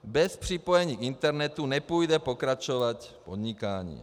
Bez připojení k internetu nepůjde pokračovat v podnikání.